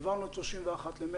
עברנו את 31 במרס.